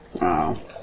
Wow